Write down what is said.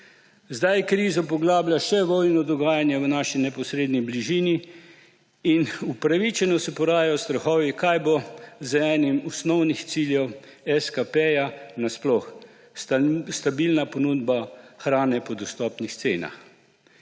Zdaj krizo poglablja še vojno dogajanje v naši neposredni bližini in opravičeno se porajajo strahovi, kaj bo z enim osnovnih ciljev SKP na sploh − stabilna ponudba hrane po dostopnih cenah.